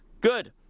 Good